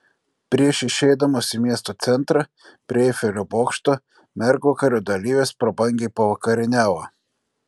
prieš išeidamos į miesto centrą prie eifelio bokšto mergvakario dalyvės prabangiai pavakarieniavo